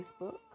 Facebook